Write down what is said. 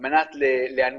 שיש